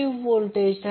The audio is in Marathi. तर ते मॉड 10 j 20 असेल